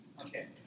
Okay